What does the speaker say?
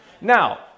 Now